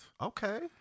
Okay